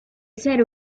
ser